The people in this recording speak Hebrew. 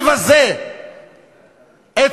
בבקשה לסיים.